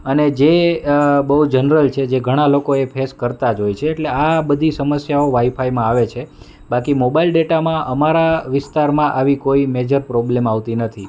અને જે બહું જનરલ છે જે ઘણાં લોકો એ ફેસ કરતાં જ હોય છે એટલે આ બધી સમસ્યાઓ વાઈફાઈમાં આવે છે બાકી મોબાઈલ ડેટામાં અમારા વિસ્તારમાં આવી કોઈ મેજર પ્રોબ્લેમ આવતી નથી